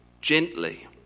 gently